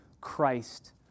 Christ